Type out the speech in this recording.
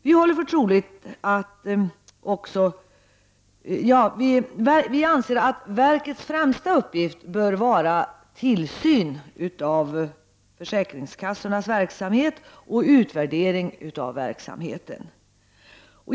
Vi anser att verkets främsta uppgift bör vara tillsyn av försäkringskassornas verksamhet och utvärdering av verksamheten.